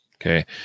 Okay